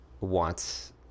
wants